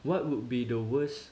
what would be the worst